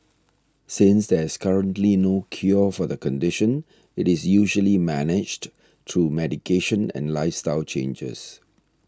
since there is currently no cure for the condition it is usually managed through medication and lifestyle changes